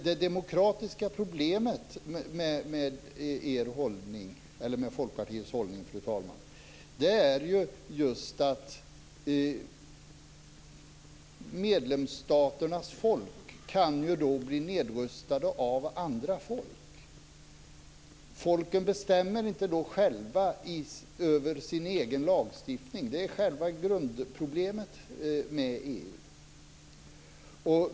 Det demokratiska problemet med Folkpartiets hållning, fru talman, är just att medlemsstaternas folk kan bli nedröstade av andra folk. Folken bestämmer då inte själva över sin egen lagstiftning - och det är själva grundproblemet med EU.